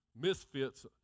misfits